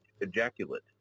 ejaculate